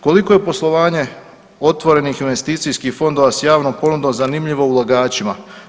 Koliko je poslovanje otvorenih investicijskih fondova s javnom ponudom zanimljivo ulagačima?